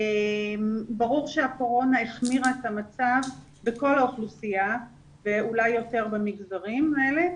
ברור שהקורונה החמירה את המצב בכל האוכלוסייה ואולי יותר במגזרים האלה.